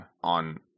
on